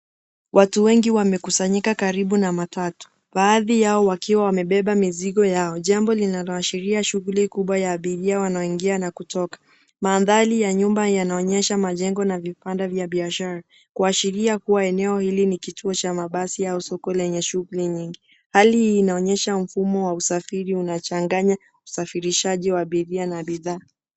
Watu wengi wamekusanyika karibu na matatu, baadhi yao wakiwa wamebeba mizigo yao, jambo linaloashiria shughuli kubwa ya abiria wanaoingia na kutoka. Mandhari ya nyumba yanaonyesha majengo na vibanda vya biashara, kuashiria kuwa eneo hili ni kituo cha mabasi au soko lenye shughuli nyingi. Hali hii inaonyesha mfumo wa usafiri unachanganya usafirishaji wa abiria na bidhaa.